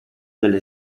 delle